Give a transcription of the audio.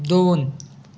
दोन